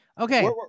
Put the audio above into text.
okay